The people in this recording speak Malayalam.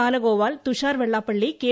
ബാലഗോപാൽ തുഷാർ വെള്ളാപ്പള്ളി കെ